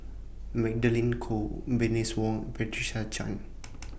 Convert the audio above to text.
Magdalene Khoo Bernice Wong Patricia Chan